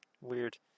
Weird